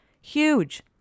Huge